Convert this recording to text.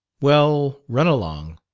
well, run along.